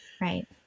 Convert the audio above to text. Right